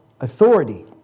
authority